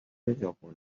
ژاپن